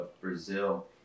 brazil